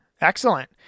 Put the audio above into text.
Excellent